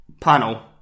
panel